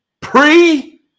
Pre